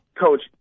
Coach